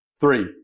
Three